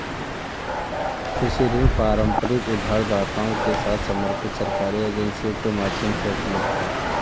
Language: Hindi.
कृषि ऋण पारंपरिक उधारदाताओं के साथ समर्पित सरकारी एजेंसियों के माध्यम से उपलब्ध हैं